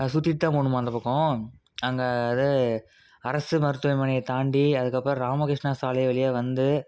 அதை சுற்றிட்டுதான் போகணுமா அந்த பக்கம் அங்கே அது அரசு மருத்துவமனையை தாண்டி அதுக்கப்புறம் ராமகிருஷ்ணா சாலை வழியாக வந்து